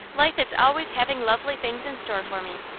life is always having lovely things in store for me.